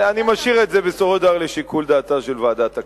אני משאיר את זה בסופו של דבר לשיקול דעתה של ועדת הכנסת.